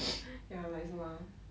ya like 什么 ah